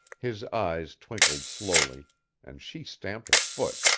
his eyes twinkled slowly and she stamped her foot.